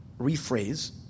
rephrase